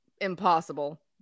Impossible